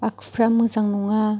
आखुफ्रा मोजां नङा